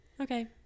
okay